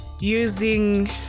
using